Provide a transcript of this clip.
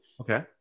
Okay